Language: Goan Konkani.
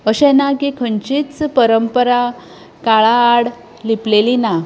अशें ना की खंयचीच परंपरा काळा आड लिपलेली ना